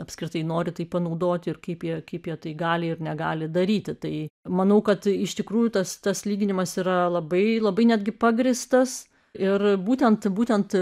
apskritai nori tai panaudoti ir kaip jie kaip jie tai gali ir negali daryti tai manau kad iš tikrųjų tas tas lyginimas yra labai labai netgi pagrįstas ir būtent būtent